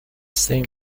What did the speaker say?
same